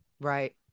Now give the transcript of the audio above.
Right